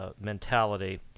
mentality